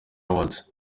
awards